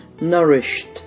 nourished